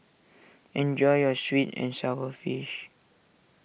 enjoy your Sweet and Sour Fish